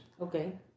Okay